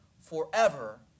forever